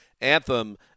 anthem